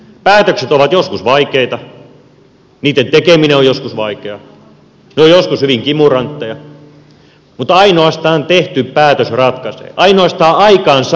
päätökset ovat joskus vaikeita niitten tekeminen on joskus vaikeaa ne ovat joskus hyvin kimurantteja mutta ainoastaan tehty päätös ratkaisee ainoastaan aikaansaaminen ratkaisee